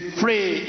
free